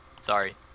Sorry